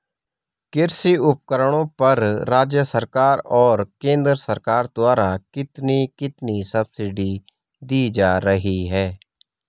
कृषि उपकरणों पर राज्य सरकार और केंद्र सरकार द्वारा कितनी कितनी सब्सिडी दी जा रही है?